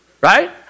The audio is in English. Right